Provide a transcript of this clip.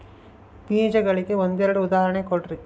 ಬೇಜಗಳಿಗೆ ಒಂದೆರಡು ಉದಾಹರಣೆ ಕೊಡ್ರಿ?